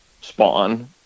spawn